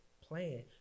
plan